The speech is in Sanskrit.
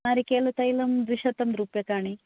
नारिकेल तैलं द्विशतंरूपकाणि